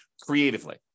creatively